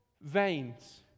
veins